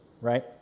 right